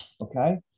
Okay